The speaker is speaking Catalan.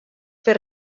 fer